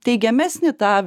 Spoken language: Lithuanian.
teigiamesnį tą